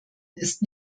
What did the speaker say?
ist